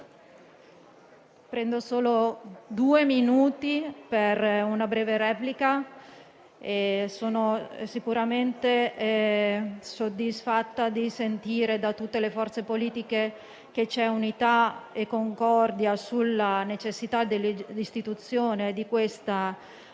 Presidente, farò una breve replica. Sono sicuramente soddisfatta di sentire da tutte le forze politiche che c'è unità e concordia sulla necessità dell'istituzione di questa Agenzia,